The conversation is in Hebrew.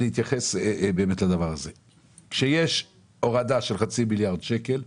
כאשר יש הורדה של חצי מיליארד שקלים,